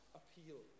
appeal